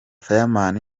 fireman